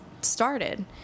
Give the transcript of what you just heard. started